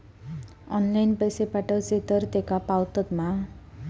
Online पैसे पाठवचे तर तेका पावतत मा?